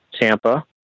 Tampa